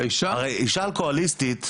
הרי אישה אלכוהוליסטית,